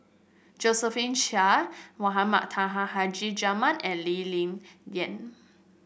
Njosephine Chia Mohamed Taha Haji Jamil and Lee Ling Yen